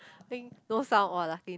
think no sound or laughing